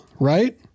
right